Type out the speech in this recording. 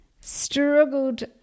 struggled